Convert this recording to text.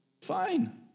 Fine